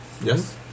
Yes